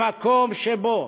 במקום שבו